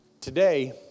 today